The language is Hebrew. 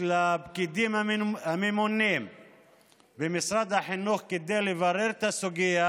לפקידים הממונים במשרד החינוך כדי לברר את הסוגיה,